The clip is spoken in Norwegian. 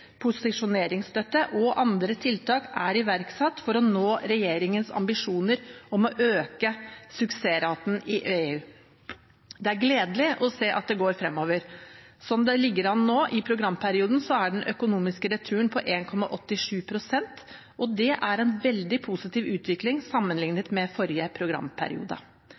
posisjoneringsstøtte og andre tiltak er iverksatt for å nå regjeringens ambisjoner om å øke suksessraten i EU. Det er gledelig å se at det går fremover. Slik det nå ligger an i programperioden, er den økonomiske returen på 1,87 pst. Det er en veldig positiv utvikling, sammenlignet med forrige programperiode.